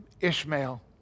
Ishmael